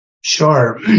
Sure